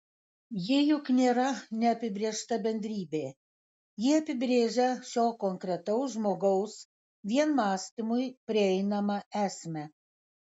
ji juk nėra neapibrėžta bendrybė ji apibrėžia šio konkretaus žmogaus vien mąstymui prieinamą esmę